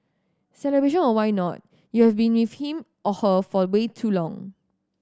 celebration or why not you have been with him or her for way too long